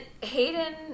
Hayden